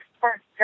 first